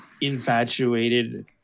infatuated